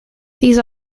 these